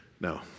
no